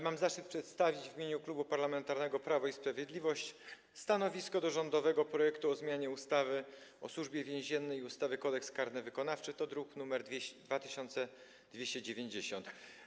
Mam zaszczyt przedstawić w imieniu Klubu Parlamentarnego Prawo i Sprawiedliwość stanowisko wobec rządowego projektu ustawy o zmianie ustawy o Służbie Więziennej i ustawy Kodeks karny wykonawczy, druk nr 2290.